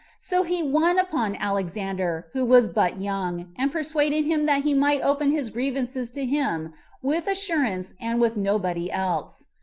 so he won upon alexander, who was but young and persuaded him that he might open his grievances to him with assurance and with nobody else.